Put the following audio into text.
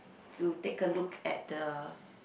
to take a look at the